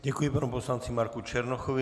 Děkuji panu poslanci Marku Černochovi.